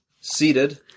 seated